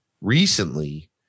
recently